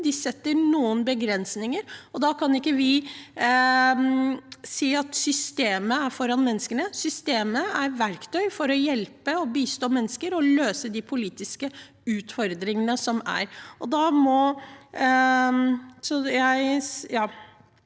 de setter noen begrensninger. Da kan vi ikke si at systemet går foran menneskene. Systemet er et verktøy for å hjelpe og bistå mennesker og løse de politiske utfordringene som er.